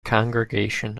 congregation